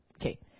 okay